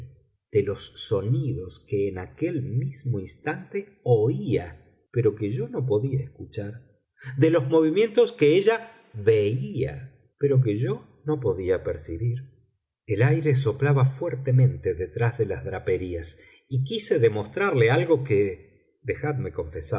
de los sonidos que en aquel mismo instante oía pero que yo no podía escuchar de los movimientos que ella veía pero que yo no podía percibir el aire soplaba fuertemente detrás de las draperías y quise demostrarle algo que dejadme